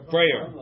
Prayer